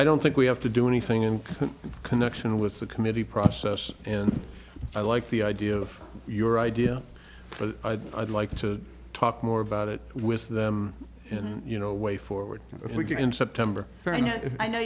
i don't think we have to do anything in connection with the committee process and i like the idea of your idea but i'd like to talk more about it with them and you know way forward if we can in september for i know